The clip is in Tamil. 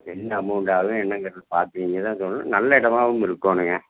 என்ன அமௌண்ட் ஆகும் என்னங்கிறது பார்த்து நீங்கள்தான் சொல்லணும் நல்ல இடமாவும் இருக்கணுங்க